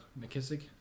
McKissick